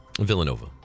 Villanova